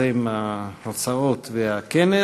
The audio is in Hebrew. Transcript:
יוזם ההצעות והכנס.